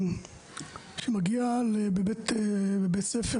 בדרך כלל לבתי ספר